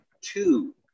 two